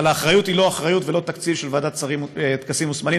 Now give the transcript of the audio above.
אבל האחריות היא לא אחריות ולא תקציב של ועדת טקסים וסמלים.